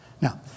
Now